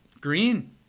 Green